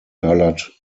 coloured